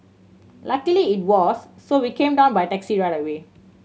luckily it was so we came down by taxi right away